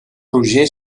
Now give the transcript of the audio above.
roger